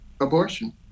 abortion